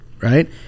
right